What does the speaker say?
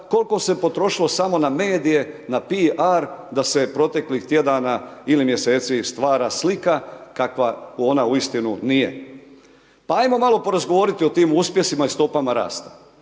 Koliko se potrošila samo na medije na P.R. da se proteklih tjedana ili mjeseci stvara slika kakva ona uistinu nije. Pa ajmo malo porazgovarati o tim uspjesima i stopama rasta.